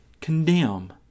condemn